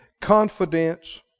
Confidence